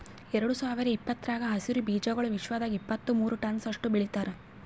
ಎರಡು ಸಾವಿರ ಇಪ್ಪತ್ತರಾಗ ಹಸಿರು ಬೀಜಾಗೋಳ್ ವಿಶ್ವದಾಗ್ ಇಪ್ಪತ್ತು ಮೂರ ಟನ್ಸ್ ಅಷ್ಟು ಬೆಳಿತಾರ್